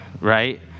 right